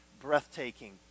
breathtaking